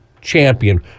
champion